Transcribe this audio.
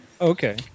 Okay